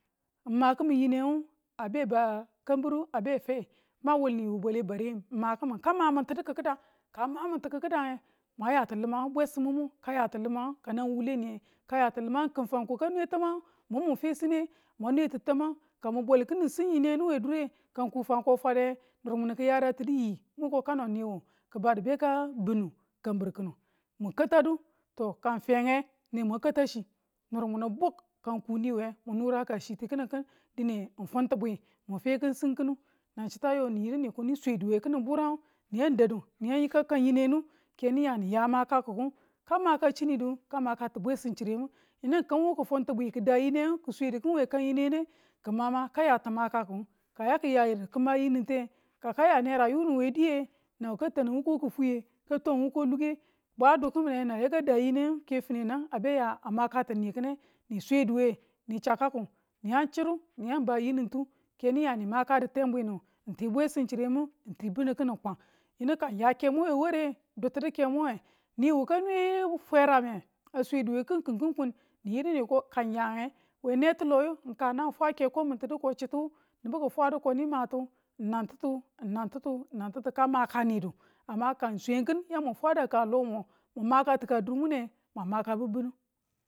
ng ma kimin yinengu a bebaa kambi a be fei mang wul niwu bwale n m kimin ka mamin timu kikida ka a maminti kikidange mwan yati limangu bwesimu kayati limang kanag wuwule niye ka yati limang kin fanko ka nwe tamangu mun munfi chine man nweti tamangu ka mun bwalu kin sin yinengu we dure ka n ku fanka a fwadeye nur munu ki yaratinu yii ko kano nwu kibadu beka bi̱nu kanbri kinu mukatadu ka ng fenge nemang kata chi nur munu buk kan ku niwe mun nura kana chi ti kini kin dina n funtibwi mun fe kinu sin kinu nang chita yo ni yidu ni ko ni swedu we kini burangu niyan kwang yinu yika kang yine nu ke ni ya ni ya makaku, kamaka chinidu ka maka ti bwesimchire mu yinu ng kin wu ki funti bwi we yinengu ki swedu kin we kan yinengne kinmama ka ya timamakiku kayaki yakimayinintuye ka ka ya nera yunu weyiye nan wu ka tanin wuko kifwiye ka twan wuko luke bwe dukimine kana yaka da woko yinengu ke fineng a be a makatini kine ni swe duwe nii chakaku niyan chiru niyan ba yinin tu ke ni ya ni maka ditwin bwinu ti bwesim cherimu ti binu kini kwang yinu ka ng ya ke mu we ware ng dutinu kemo we niwu ka nwe fwera nge a swe duwe kin kin kun ni yide niko ka ng ya we nitiloyi ka nan fwa keko min tinu ko chitu nibu ki fwadu ko ni matu nan titu nan titu nan titu ka makanidu ka ng swe i kin yamu fweda ka lomu mu makatika dur mune mwang makabu binu